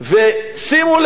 ושימו לב,